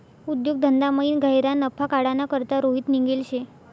उद्योग धंदामयीन गह्यरा नफा काढाना करता रोहित निंघेल शे